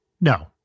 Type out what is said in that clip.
no